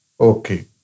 Okay